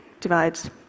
divides